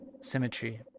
Symmetry